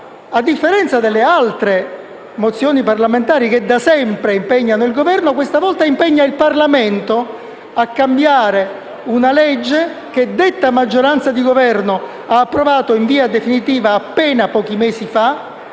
a differenza delle altre mozioni parlamentari, che da sempre impegnano il Governo, questa volta impegna il Parlamento a cambiare una legge che detta maggioranza di Governo ha approvato in via definitiva appena pochi mesi fa